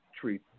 treat